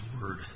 Word